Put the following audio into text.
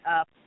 up